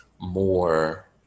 more